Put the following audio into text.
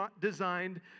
designed